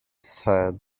said